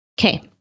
Okay